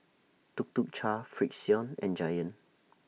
Tuk Tuk Cha Frixion and Giant